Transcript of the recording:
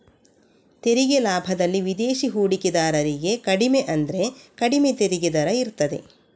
ತೆರಿಗೆ ಲಾಭದಲ್ಲಿ ವಿದೇಶಿ ಹೂಡಿಕೆದಾರರಿಗೆ ಕಡಿಮೆ ಅಂದ್ರೆ ಕಡಿಮೆ ತೆರಿಗೆ ದರ ಇರ್ತದೆ